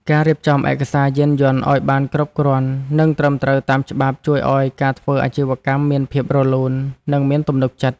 ការរៀបចំឯកសារយានយន្តឱ្យបានគ្រប់គ្រាន់និងត្រឹមត្រូវតាមច្បាប់ជួយឱ្យការធ្វើអាជីវកម្មមានភាពរលូន និងមានទំនុកចិត្ត។